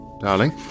darling